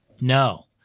no